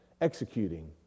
executing